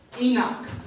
Enoch